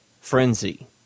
Frenzy